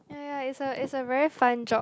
ya ya ya it's a it's a very fun job